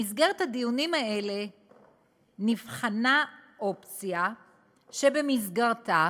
במסגרת הדיונים האלה נבחנה אופציה שבמסגרתה